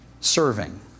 Serving